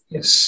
Yes